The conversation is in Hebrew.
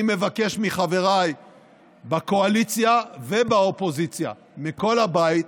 אני מבקש מחבריי בקואליציה ובאופוזיציה, מכל הבית,